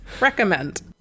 recommend